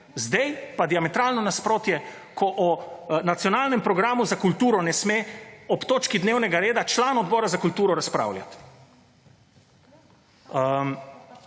Zdaj pa diametralno nasprotje, ko o nacionalnem programu za kulturo ne sme ob točki dnevnega reda član Odbora za kulturo razpravljati.